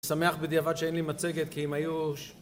שמח בדיעבד שאין לי מצגת, כי אם היו...